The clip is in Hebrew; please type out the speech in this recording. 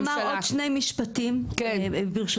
רק עוד שני משפטים, ברשותך.